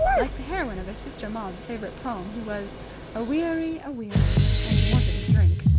like the heroine of his sister maud's favourite poem he was aweary, aweary, and he wanted a drink.